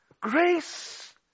Grace